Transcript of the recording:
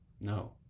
no